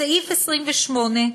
בסעיף 28,